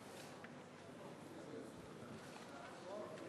גרטי, שמוליק,